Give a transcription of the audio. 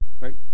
right